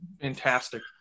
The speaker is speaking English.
Fantastic